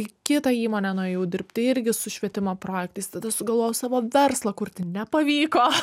į kitą įmonę nuėjau dirbti irgi su švietimo projektais tada sugalvojau savo verslą kurti nepavyko